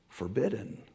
forbidden